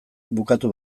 bukatu